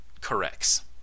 corrects